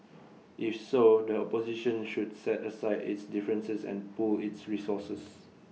if so the opposition should set aside its differences and pool its resources